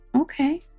Okay